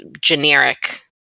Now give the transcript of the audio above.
generic